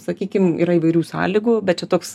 sakykim yra įvairių sąlygų bet čia toks